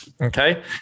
okay